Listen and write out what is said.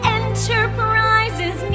enterprises